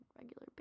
regular